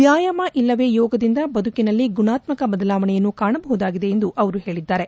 ವ್ಲಾಯಾಮ ಇಲ್ಲವೇ ಯೋಗದಿಂದ ಬದುಕಿನಲ್ಲಿ ಗುಣಾತ್ಕಕ ಬದಲಾವಣೆಯನ್ನು ಕಾಣಬಹುದಾಗಿದೆ ಎಂದು ಅವರು ಹೇಳಿದ್ದಾರೆ